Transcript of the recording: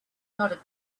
not